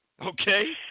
Okay